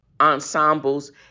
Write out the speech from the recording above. ensembles